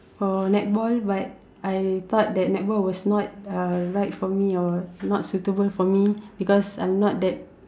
for netball but I thought that netball was not uh right for me or not suitable for me because I'm not that